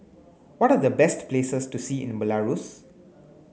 what are the best places to see in Belarus